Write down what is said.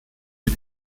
für